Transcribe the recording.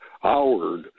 Howard